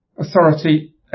authority